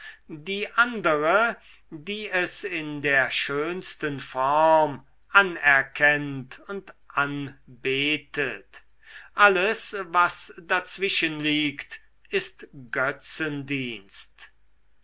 die andere die es in der schönsten form anerkennt und anbetet alles was dazwischen liegt ist götzendienst